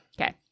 Okay